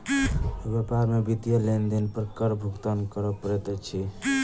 व्यापार में वित्तीय लेन देन पर कर भुगतान करअ पड़ैत अछि